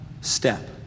step